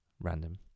random